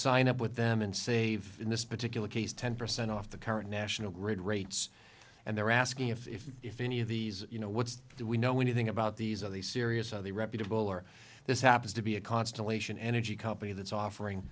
sign up with them and save in this particular case ten percent off the current national grid rates and they're asking if if any of these you know what do we know anything about these are they serious are they reputable or this happens to be a constellation energy company that's offering